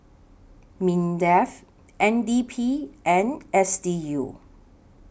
Mindef N D P and S D U